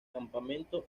campamento